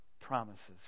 promises